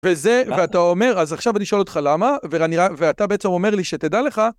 וזה ואתה אומר, אז עכשיו אני אשאל אותך למה, ואתה בעצם אומר לי שתדע לך.